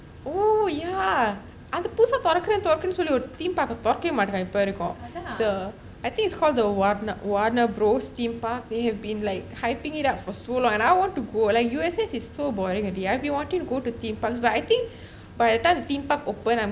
oh ya அத புதுசா திறக்குறேன் திறக்குறேனடு சொல்லி ஒரு:aha puthusaa thirakkuraen thirakkuraendu solli oru theme park திறக்கவே மாற்றான் இப்ப வரைக்கும்:thirakkavae maatraan ippa varaikkum I think it's called the warden warner bros theme park they have been like hyping it up for so long and I want to go like U_S_S is so boring ready I have been wanting to go to theme parks but I think by the time the theme park open